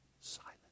silent